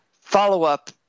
Follow-up